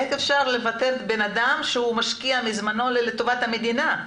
איך אפשר לפטר אדם שמשקיע מזמנו לטובת בטחון המדינה,